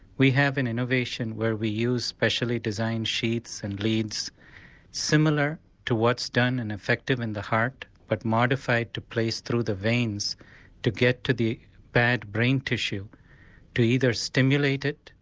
we have an innovation where we use specially designed sheaths and leads similar to what's done and effective in the heart but modified to place through the veins to get to the bad brain tissue to either stimulate it,